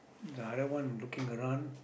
the other one looking around